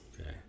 Okay